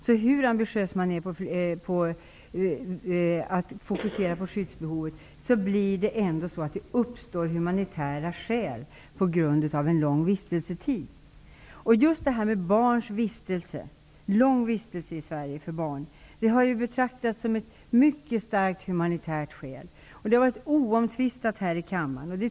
Hur ambitiös man än är att fokusera på skyddsbehovet kommer ändå humanitära skäl att uppstå på grund av lång vistelsetid. Just långa vistelsetider för barn i Sverige har betraktats som ett mycket starkt humanitärt skäl. Det har varit oomtvistat här i kammaren.